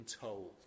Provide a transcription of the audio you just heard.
told